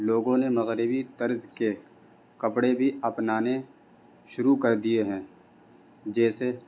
لوگوں نے مغربی طرز کے کپڑے بھی اپنانے شروع کر دیے ہیں جیسے